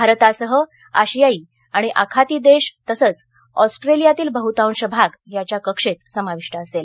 भारतासह आशियाई आणि आखाती देश तसंच ऑस्ट्रेलियातील बहुतांश भाग याच्या कक्षेत समाविष्ट असेल